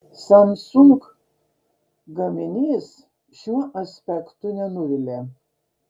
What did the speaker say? samsung gaminys šiuo aspektu nenuvilia